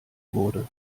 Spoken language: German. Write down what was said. wurde